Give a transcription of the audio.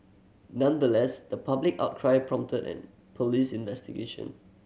nonetheless the public outcry prompted an police investigation